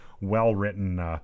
well-written